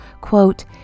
quote